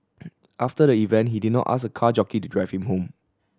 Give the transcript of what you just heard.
after the event he did not ask a car jockey to drive him home